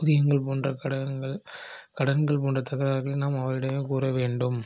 ஊதியங்கள் போன்ற கடன்கள் கடன்கள் போன்ற தகராறுகளை நாம் அவரிடம் கூற வேண்டும்